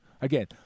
Again